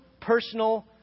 personal